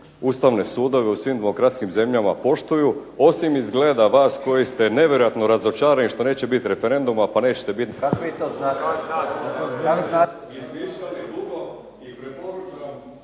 ustavne sudove u svim demokratskim zemljama poštuju, osim izgleda vas koji ste nevjerojatno razočarani što neće biti referenduma, pa nećete bit